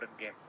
game